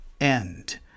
end